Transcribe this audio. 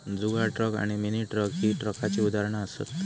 जुगाड truck आणि mini truck ही ट्रकाची उदाहरणा असत